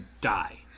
die